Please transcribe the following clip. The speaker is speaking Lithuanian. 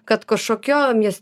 kad kažkokiom jis